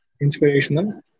inspirational